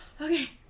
okay